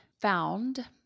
found